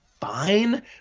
fine